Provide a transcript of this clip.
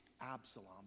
Absalom